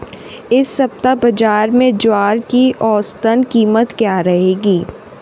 इस सप्ताह बाज़ार में ज्वार की औसतन कीमत क्या रहेगी?